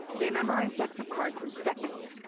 they memorize decks of cards in seconds,